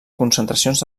concentracions